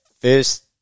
first